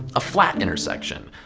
a flat intersection.